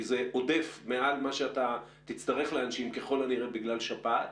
כי זה עודף מעל מה שתצטרך להנשים ככל הנראה בגלל שפעת.